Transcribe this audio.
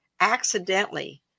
accidentally